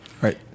right